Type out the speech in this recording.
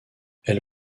elle